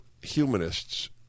humanists